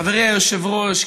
חברי היושב-ראש,